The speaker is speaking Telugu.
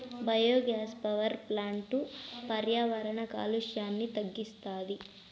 బయోగ్యాస్ పవర్ ప్లాంట్లు పర్యావరణ కాలుష్యాన్ని తగ్గిస్తాయి